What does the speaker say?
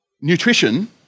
nutrition